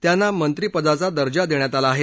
त्यांना मंत्रिपदाचा दर्जा देण्यात आला आहे